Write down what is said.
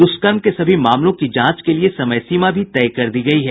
दुष्कर्म के सभी मामलों की जांच के लिए समय सीमा भी तय कर दी गई है